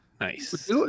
nice